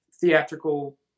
theatrical